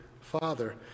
Father